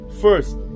first